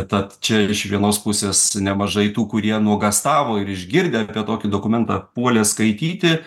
tad čia iš vienos pusės nemažai tų kurie nuogąstavo ir išgirdę apie tokį dokumentą puolė skaityti